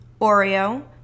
Oreo